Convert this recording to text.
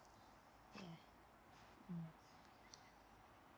okay